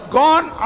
gone